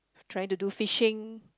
trying to do fishing